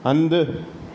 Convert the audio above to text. हंधि